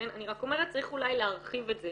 אני רק אומרת שצריך אולי להרחיב את זה.